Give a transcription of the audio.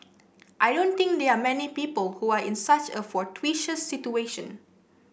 I don't think there are many people who are in such a fortuitous situation